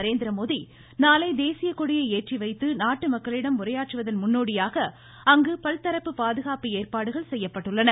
நரேந்திரமோடி நாளை தேசியக்கொடியை ஏற்றிவைத்து நாட்டுமக்களிடம் உரையாற்றுவதன் முன்னோடியாக அங்கு பல்தரப்பு பாதுகாப்பு ஏற்பாடுகள் செய்யப்பட்டுள்ளன